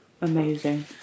Amazing